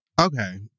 Okay